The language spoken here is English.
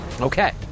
Okay